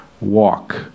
walk